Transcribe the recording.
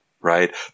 right